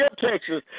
Texas